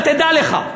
תדע לך,